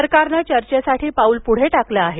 सरकारनं चर्चेसाठी पाऊल पुढे टाकलं आहे